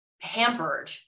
hampered